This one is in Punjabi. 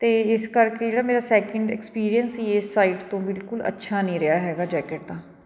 ਅਤੇ ਇਸ ਕਰਕੇ ਜਿਹੜਾ ਮੇਰਾ ਸੈਕਿੰਡ ਐਕਸਪੀਰੀਅੰਸ ਸੀ ਇਸ ਸਾਈਟ ਤੋਂ ਬਿਲਕੁਲ ਅੱਛਾ ਨਹੀਂ ਰਿਹਾ ਹੈਗਾ ਜੈਕਟ ਦਾ